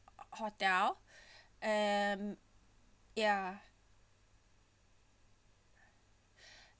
hotel and ya